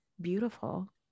beautiful